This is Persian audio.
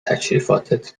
تشریفاتت